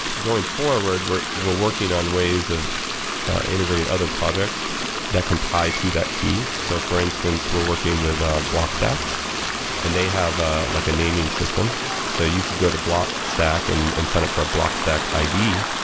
going forward, we're we're working on ways of integrating other projects that can tie to that key. so for instance, we're working with ah blockstack and they have ah like a naming system so you could go to blockstack and and sign up for a blockstack id,